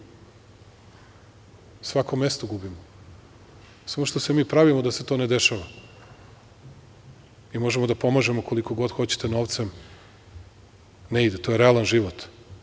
Svako mesto gubimo, samo što se mi pravimo da se to ne dešava i možemo da pomažemo koliko god hoćete novcem, ne ide, to je realan život.